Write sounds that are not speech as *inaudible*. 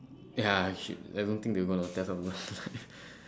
ya shit I don't think they gonna test on those lines *laughs*